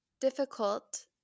difficult